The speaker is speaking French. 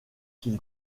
qui